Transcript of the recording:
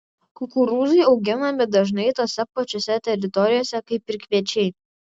kukurūzai auginami dažnai tose pačiose teritorijose kaip ir kviečiai